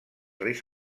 reis